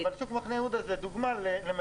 אבל שוק מחנה יהודה הוא דוגמה למרחב